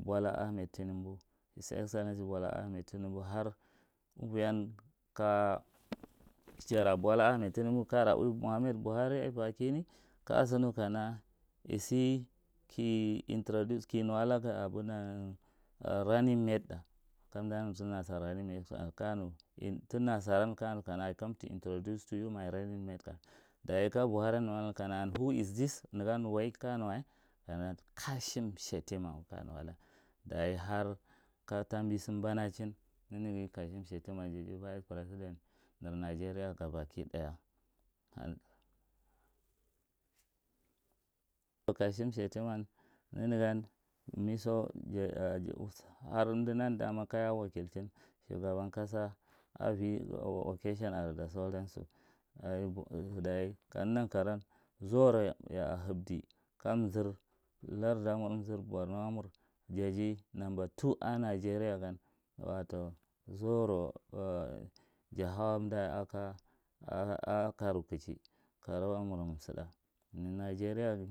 Bwala ahmed tunumbu, siyasan adi bwala ahmed tunumbu har amuu, yank a jara bwala ahmed tunumbu kajara ui mohammed buhari a kin, kaya so nu kana a so ki introduce ka nuwa laga abunnan running mate ɗa kamɗa nu ta nasara running mate ɗa ta nasaran kaya nu kana i come to introduce to you my running mate dayi ka buhariyan nu alan kana “who is this” nagan wai kaya nuwa” kashim shetima” ngwa kaya nuwadan dayi hark a tambi mbanachin nanaga kashim shettima jada vice president nir nigeria gabaki ɗaya kashim shettiman nanagan miso, har amdd nan dama kaya wakilchin shugaban kasa avi occasion are da sa su, ai, ka naga nankaroan, zauro ya a habda kamzir landamur, amzar borno mun jadi number two a nigeria gan wato, zauro ja hau amda ara karu kaji karuwa mur mwa msida. Nigeria ga